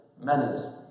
manners